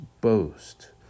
boast